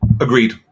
Agreed